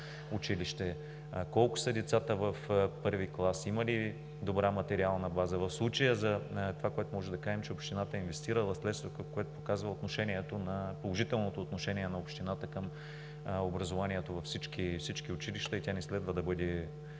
колко са децата в първи клас, има ли добра материална база? В случая това, което можем да кажем, е, че общината е инвестирала средства, което показва положителното отношение на общината към образованието във всички училища, и тя не следва да бъде